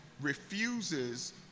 refuses